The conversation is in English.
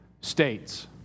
states